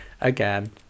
again